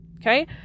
Okay